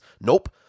Nope